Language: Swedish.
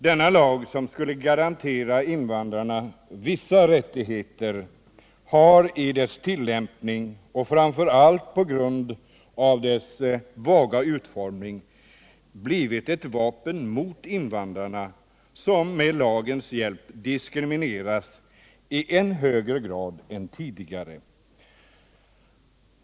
Denna lag, som skulle garantera invandrarna vissa rättigheter, har i sin tillämpning, framför allt på grund av sin vaga utformning, blivit ett vapen mot invandrarna, som med lagens hjälp diskrimineras i än högre grad än tidigare.